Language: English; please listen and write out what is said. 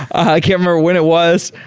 i can't remember when it was.